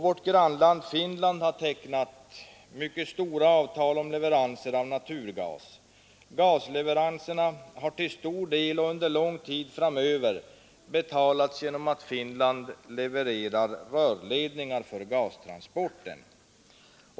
Vårt grannland Finland har tecknat mycket stora avtal om leveranser av naturgas. Gasleveranserna har till stor del och under lång tid framöver betalats genom att Finland levererat rörledningar för gastransporten.